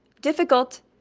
difficult